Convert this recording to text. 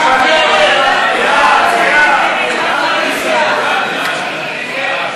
אין ההצעה להסיר מסדר-היום את הצעת חוק איסור